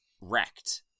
wrecked